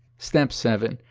step seven.